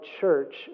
church